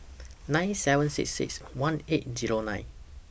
nine seven six six one eight Zero nine